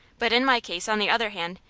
but in my case, on the other hand,